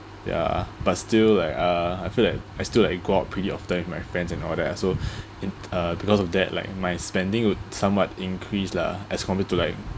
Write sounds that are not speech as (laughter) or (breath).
ya but still like uh I feel like I still like go out pretty often with my friends and all that lah so (breath) in uh because of that like my spending would some what increase lah as compared to like